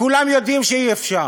וכולם יודעים שאי-אפשר.